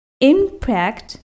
impact